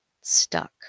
Stuck